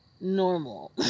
normal